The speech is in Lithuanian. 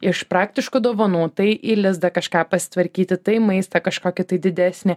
iš praktiškų dovanų tai į lizdą kažką pasitvarkyti tai maistą kažkokį tai didesnį